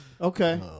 Okay